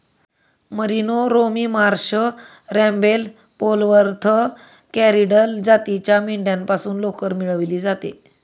merino, Romney Marsh, रॅम्बेल, Polwarth, Corriedale जातीच्या मेंढ्यांपासून लोकर मिळवली जाते